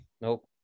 Nope